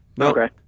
Okay